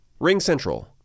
RingCentral